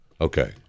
Okay